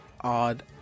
odd